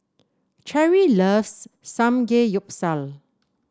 Cherrie loves Samgeyopsal